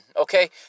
okay